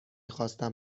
خواستم